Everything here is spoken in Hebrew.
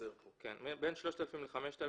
ב-5,000